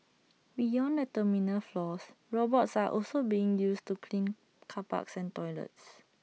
beyond the terminal floors robots are also being used to clean car parks and toilets